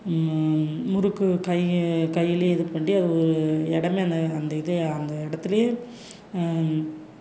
முறுக்கு கை கையில் இது பண்ணி அது இடமே அந்த அந்த இதே அந்த இடத்துலையே